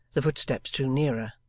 the footsteps drew nearer,